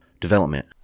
Development